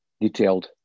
detailed